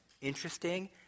interesting